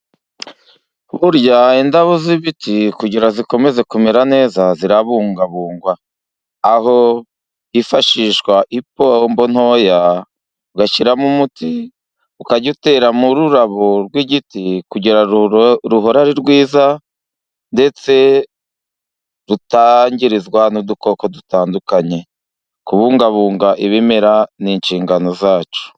Burya indabo z'ibiti kugira zikomeze kumera neza zirabungabungwa, aho hifashishwa ipombo ntoya ugashyiramo umuti, ukajya utera mu rurabo rw'igiti kugira ruhore ari rwiza ndetse rutangirizwa n'udukoko dutandukanye, kubungabunga ibimera n'inshingano zacu.